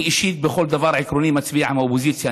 אני אישית בכל דבר עקרוני מצביע עם האופוזיציה.